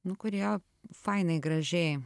nu kurie fainai gražiai